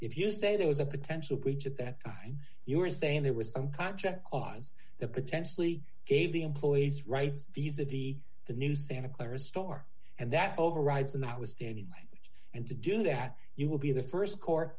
if you say there was a potential breach at that time you were saying there was some contract clause that potentially gave the employees rights fees that the the new santa clara store and that overrides and i was standing right and to do that you would be the st court